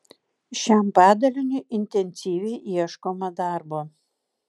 šiam padaliniui intensyviai ieškoma darbo